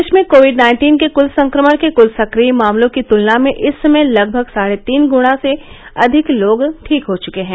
देश में Covid nineteen के कुल संक्रमण के कुल सक्रिय मामलों की तुलना में इस समय लगभग साढे तीन गुणा से अधिक लोग ठीक हो चुके हैं